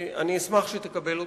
אני אשמח אם תקבל אותה: